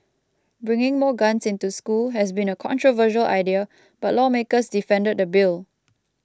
bringing more guns into school has been a controversial idea but lawmakers defended the bill